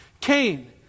Cain